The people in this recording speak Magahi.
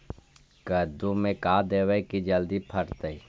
कददु मे का देबै की जल्दी फरतै?